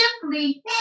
simply